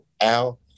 Al